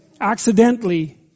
accidentally